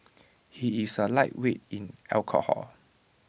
he is A lightweight in alcohol